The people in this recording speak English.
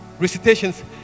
recitations